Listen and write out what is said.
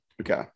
Okay